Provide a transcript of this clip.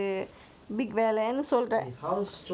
eh house chores eight hours brother what the hell